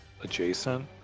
adjacent